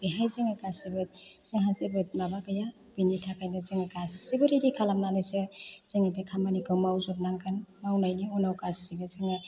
बेहाय जोङो गासिबो जोंहा जेबो माबा गैया बिनि थाखायनो जोङो गासैबो रेडि खालामनानैसो जोङो बे खामानिखौ मावजोबनांगोन मावनायनि उनाव गासिबो जोङो